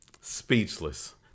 Speechless